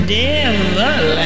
devil